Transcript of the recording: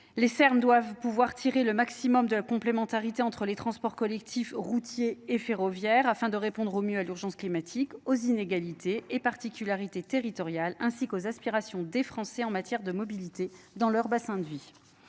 Les cernes doivent pouvoir tirer le maximum de la complémentarité entre les transports collectifs routiers et ferroviaires afin de répondre au mieux à l'urgence climatique aux inégalités et particularités territoriales ainsi qu'aux aspirations des Français en matière de mobilité dans leur bassin de vie